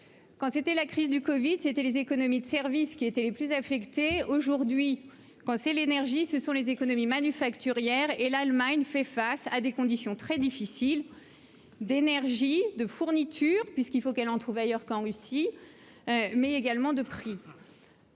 quand c'était la crise du Covid c'était les économies de services qui étaient les plus affectées aujourd'hui quand c'est l'énergie, ce sont les économies manufacturière et l'Allemagne fait face à des conditions très difficiles d'énergie de fournitures, puisqu'il faut qu'elle en trouve ailleurs qu'en Russie, mais également de prix.